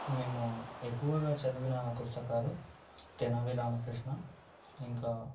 మేము ఎక్కువగా చదివిన పుస్తకాలు తెనాలి రామకృష్ణ ఇంకా